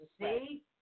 See